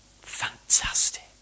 Fantastic